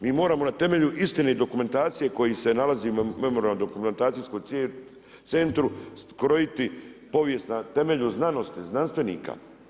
Mi moramo na temelju istine i dokumentacije koja se nalazi u Memorijalno-dokumentacijskom centru skrojiti povijest na temelju znanosti, znanstvenika.